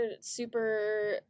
super